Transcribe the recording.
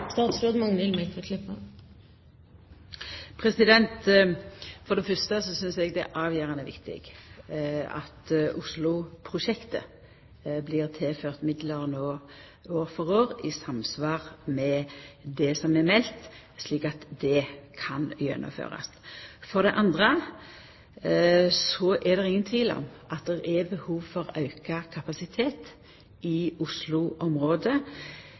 For det fyrste synest eg det er avgjerande viktige at Osloprosjektet blir tilført midlar no år for år i samsvar med det som er meldt, slik at det kan gjennomførast. For det andre er det ingen tvil om at det er behov for auka kapasitet i Osloområdet,